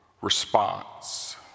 response